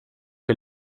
che